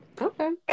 okay